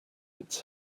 its